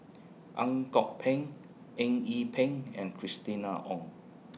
Ang Kok Peng Eng Yee Peng and Christina Ong